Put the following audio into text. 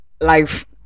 life